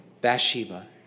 Bathsheba